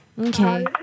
Okay